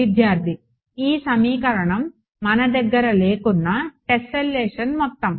విద్యార్థి ఈ సమీకరణం మన దగ్గర లేకున్నా టెస్సలేషన్ మొత్తం